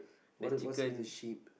what the what's with the sheep